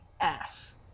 ass